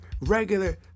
regular